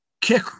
kick